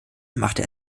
machte